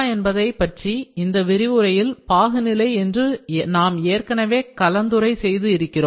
என்பதைப்பற்றி இந்த விரிவுரையில் பாகுநிலை என்று நாம் ஏற்கனவே கலந்துரை செய்து இருக்கிறோம்